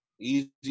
easy